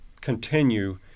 continue